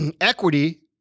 equity